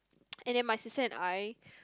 and then my sister and I